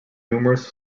numerous